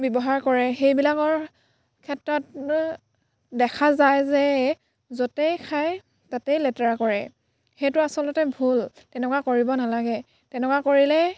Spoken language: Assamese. ব্যৱহাৰ কৰে সেইবিলাকৰ ক্ষেত্ৰত দেখা যায় যে য'তেই খায় তাতেই লেতেৰা কৰে সেইটো আচলতে ভুল তেনেকুৱা কৰিব নালাগে তেনেকুৱা কৰিলে